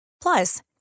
Plus